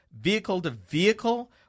vehicle-to-vehicle